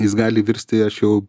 jis gali virsti aš jau